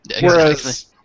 whereas